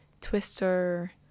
twister